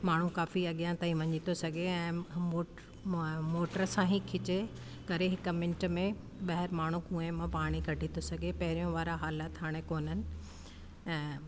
माण्हू काफ़ी अॻियां ताईं वञी थो सघे ऐं मो मोटर सां ई खिचे करे हिकु मिंट में ॿाहिरि माण्हू कुएं मां पाणी कढी थो सघे पहिरियों वारा हालाति हाणे कोनन ऐं